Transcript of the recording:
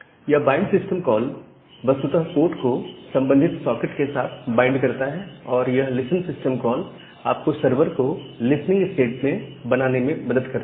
ये bind system call वस्तुतः port को संबंधित सॉकेट के साथ बाइंड करता है और यह लिसन सिस्टम कॉल आपको सर्वर को लिसनिंग स्टेट में बनाने में मदद करता है